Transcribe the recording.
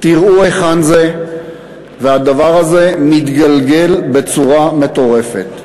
תראו היכן זה, והדבר הזה מתגלגל בצורה מטורפת.